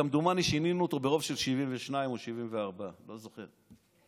כמדומני ששינינו אותו ברוב של 72 או 74. לא זוכר.